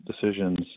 decisions